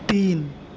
तीन